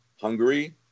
Hungary